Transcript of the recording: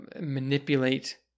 manipulate